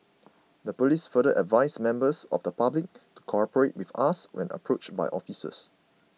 the police further advised members of public to cooperate with us when approached by officers